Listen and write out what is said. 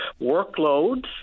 workloads